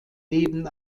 neben